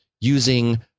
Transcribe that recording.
using